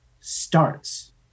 starts